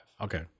Okay